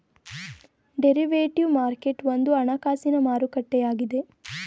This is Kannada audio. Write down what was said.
ಡೇರಿವೇಟಿವಿ ಮಾರ್ಕೆಟ್ ಒಂದು ಹಣಕಾಸಿನ ಮಾರುಕಟ್ಟೆಯಾಗಿದೆ